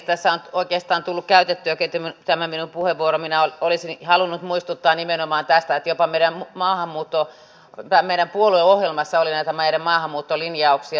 tässä on oikeastaan tullut käytettyäkin tämä minun puheenvuoroni eli minä olisin halunnut muistuttaa nimenomaan tästä että jopa meidän puolueohjelmassamme oli näitä maahanmuuttolinjauksia